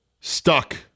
stuck